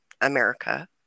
America